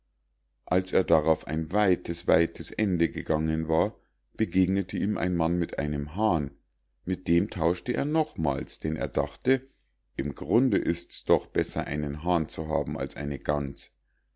als er darauf ein weites weites ende gegangen war begegnete ihm ein mann mit einem hahn mit dem tauschte er nochmals denn er dachte im grunde ist's doch besser einen hahn zu haben als eine gans